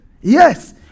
Yes